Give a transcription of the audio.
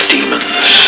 Demons